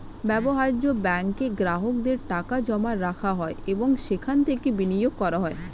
ব্যবহার্য ব্যাঙ্কে গ্রাহকদের টাকা জমা রাখা হয় এবং সেখান থেকে বিনিয়োগ করা হয়